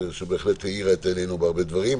שבהחלט האירה את עינינו בהרבה דברים.